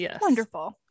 wonderful